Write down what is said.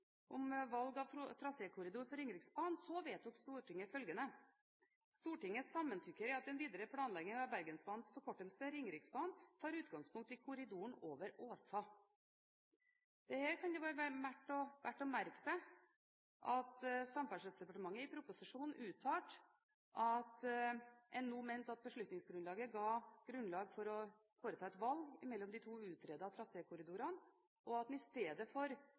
om valg av trasékorridor for Ringeriksbanen, vedtok Stortinget følgende: «Stortinget samtykker i at den videre planleggingen av Bergensbanens forkortelse – Ringeriksbanen – tar utgangspunkt i korridoren over Åsa.» Det kan jo være verd å merke seg at Samferdselsdepartementet i proposisjonen uttalte at NHO mente at beslutningsgrunnlaget ga grunnlag for å foreta et valg mellom de to utredede trasékorridorene, og at en i stedet for